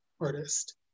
artist